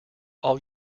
all